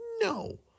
No